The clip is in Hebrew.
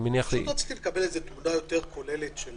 אנחנו לא צריכים לקבל תמונה יותר כוללת של